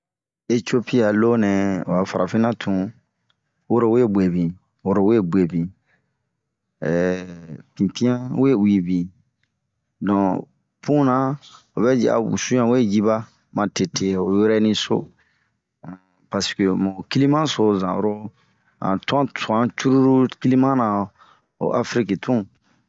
Ecopi a loo nɛɛ ho a farafina tun, woro we guebin, woro we gue bin, eehh pinpian we uwe bin.don tuna ovɛ yi a wusu ɲa we yiba matete ho yurɛniso. On pasike mon kilima so zan'oro, han tuan cururu kilimana, ho afriki tun.